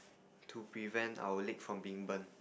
to prevent our leg from being burned